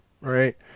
right